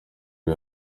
ubu